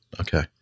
Okay